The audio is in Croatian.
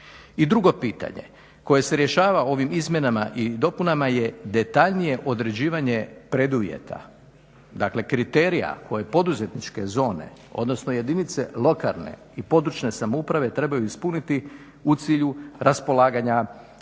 drugo pitanje koje se rješava ovim izmjenama i dopunama je detaljnije određivanje preduvjeta, dakle kriterija koje poduzetničke zone, odnosno jedinice lokalne i područne samouprave trebaju ispuniti u cilju raspolaganja